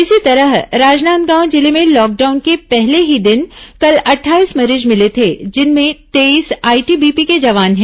इसी तरह राजनांदगांव जिले में लॉकडाउन के पहले ही दिन कल अट्ठाईस मरीज मिले थे जिनमें तेईस आईटीबीपी के जवान हैं